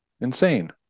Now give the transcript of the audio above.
insane